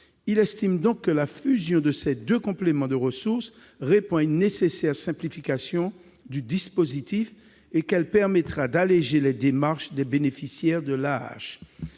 Il estime donc que la fusion de ces deux compléments de ressources répond à une nécessaire simplification du dispositif et qu'elle permettra d'alléger les démarches des bénéficiaires de l'AAH.